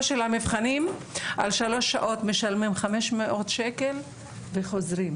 של מבחנים על שלוש שעות הם משלמים 500 שקל וחוזרים,